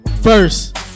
first